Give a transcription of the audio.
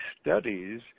studies